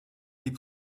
est